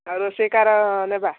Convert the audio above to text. ରୋଷେଇ କାହାର ନେବା